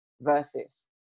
versus